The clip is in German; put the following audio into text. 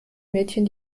mädchen